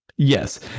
yes